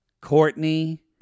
Courtney